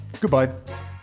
goodbye